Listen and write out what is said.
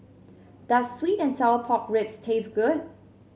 does sweet and Sour Pork Ribs taste good